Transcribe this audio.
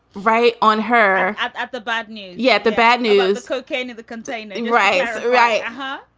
right on her at at the bad news. yeah, the bad news. cocaine in the container. right. right. huh.